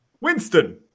Winston